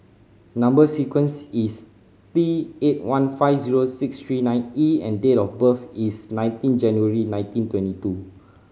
number sequence is T eight one five zero six three nine E and date of birth is nineteen January nineteen twenty two